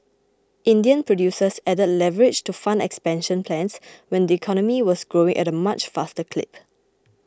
Indian producers added leverage to fund expansion plans when the economy was growing at a much faster clip